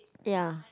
ya